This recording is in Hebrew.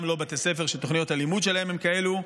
וגם לא בתי ספר שתוכניות הלימוד שלהם הם כאלה.